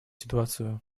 ситуацию